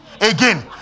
Again